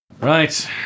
right